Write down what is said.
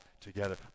together